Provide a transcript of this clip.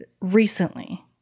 recently